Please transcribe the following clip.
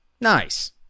Nice